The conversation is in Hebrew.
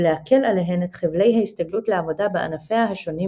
ולהקל עליהן את חבלי ההסתגלות לעבודה בענפיה השונים,